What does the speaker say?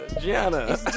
Gianna